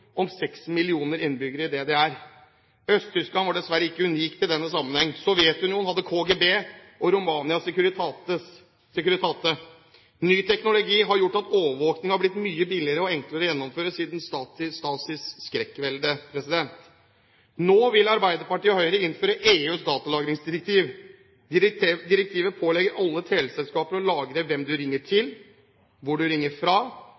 om 6 millioner innbyggere i DDR. Øst-Tyskland var dessverre ikke unikt i denne sammenheng. Sovjetunionen hadde KGB og Romania Securitate. Ny teknologi har gjort at overvåkning har blitt mye billigere og enklere å gjennomføre siden Stasis skrekkvelde. Nå vil Arbeiderpartiet og Høyre innføre EUs datalagringsdirektiv. Direktivet pålegger alle teleselskaper å lagre hvem du ringer til, hvor du ringer fra,